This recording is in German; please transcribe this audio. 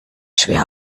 schwer